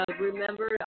Remember